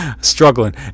struggling